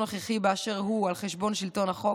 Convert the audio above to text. נוכחי באשר הוא על חשבון שלטון החוק,